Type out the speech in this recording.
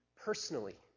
personally